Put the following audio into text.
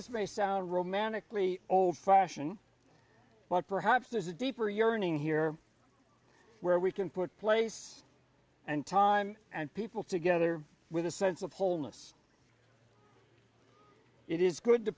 this may sound romantically old fashion but perhaps there's a deeper yearning here where we can put place and time and people together with a sense of wholeness it is good to